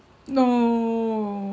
no